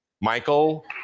Michael